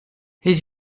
his